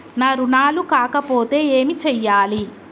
నా రుణాలు కాకపోతే ఏమి చేయాలి?